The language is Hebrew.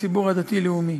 הציבור הדתי-לאומי.